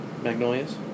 Magnolia's